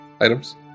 items